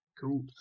cool